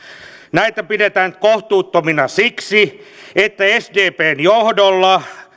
näitä pidetään kohtuuttomina siksi että sdpn johdolla